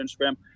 Instagram